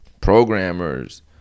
programmers